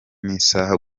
n’isaha